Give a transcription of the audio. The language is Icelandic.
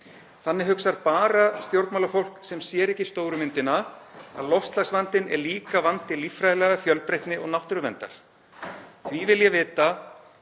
Þannig hugsar bara stjórnmálafólk sem sér ekki stóru myndina, að loftslagsvandinn er líka vandi líffræðilegrar fjölbreytni og náttúruverndar. Því vil ég vita: